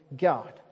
God